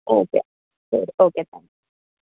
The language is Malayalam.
ഓക്കെ ശരി ഓക്കെ താങ്ക് യൂ